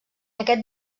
aquest